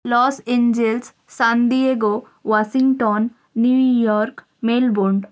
loss Angeles San Diego Washington New York Melbourne